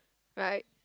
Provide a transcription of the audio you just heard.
right